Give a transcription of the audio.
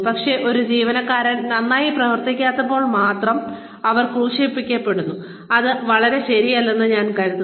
പക്ഷേ ഒരു ജീവനക്കാരൻ നന്നായി പ്രവർത്തിക്കാത്തപ്പോൾ മാത്രം അവർ ക്രൂശിക്കപ്പെടുന്നു അത് വളരെ ശരിയല്ലെന്ന് ഞാൻ കരുതുന്നു